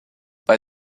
bei